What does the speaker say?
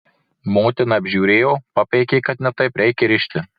motina apžiūrėjo papeikė kad ne taip reikia rišti